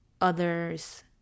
others